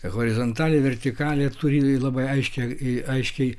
horizontalė vertikalė turi labai aiškią aiškiai